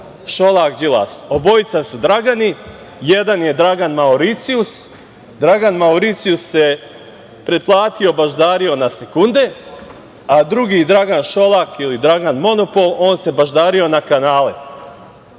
Šolaka i Đilasa. Obojica su Dragani, jedan je Dragan Mauricijus. Dragan Mauricijus se pretplatio, baždario na sekunde, a drugi Dragan Šolak ili Dragan monopol se baždario na kanale. Pošto